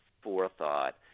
forethought